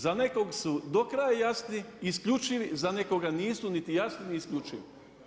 Za nekoga su do kraja jasni, isključivi, za nekoga nisu niti jasni niti isključivi.